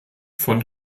von